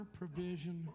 provision